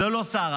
זה לא שרה.